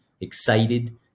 excited